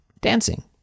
dancing